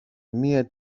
μια